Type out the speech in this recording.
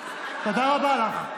תודה רבה לך.